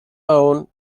own